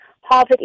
Harvard